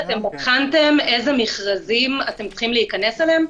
הכנתם איזה מכרזים אתם צריכים להיכנס אליהם?